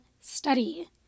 study